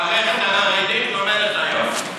המערכת החרדית לומדת היום.